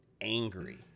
angry